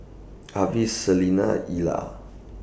Avis Selina Ila